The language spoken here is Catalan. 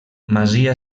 masia